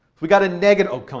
we got a negative oh,